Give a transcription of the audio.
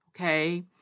okay